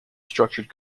structured